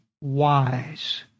wise